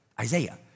Isaiah